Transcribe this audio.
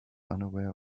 unaware